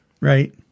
Right